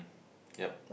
yup